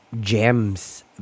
gems